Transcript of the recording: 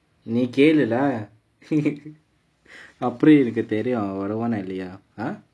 நீ கேளு:nee kelu lah எனக்கு எப்படி தெரியும் அவன் வருவானா இல்லையா:enakku eppadi theriyum avan varuvaanaa illaiyaa